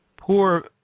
poor